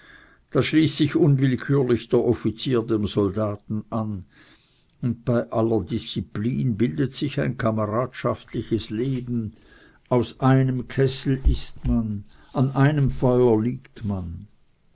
da schließt unwillkürlich der offizier dem soldaten sich an und bei aller disziplin bildet sich ein kameradschaftliches leben aus einem kessel ißt man an einem feuer liegt man